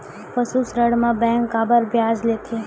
पशु ऋण म बैंक काबर ब्याज लेथे?